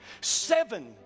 seven